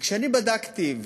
כשאני בדקתי,